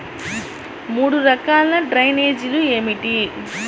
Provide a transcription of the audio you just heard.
మూడు రకాల డ్రైనేజీలు ఏమిటి?